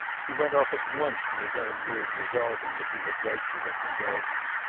he went off at once to his own room resolving that he would write to her from bragton.